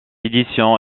édition